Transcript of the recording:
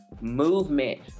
movement